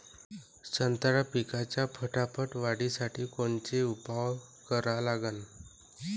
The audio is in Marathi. संत्रा पिकाच्या फटाफट वाढीसाठी कोनचे उपाव करा लागन?